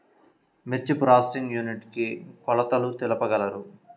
మిర్చి processing unit కి కొలతలు తెలుపగలరు?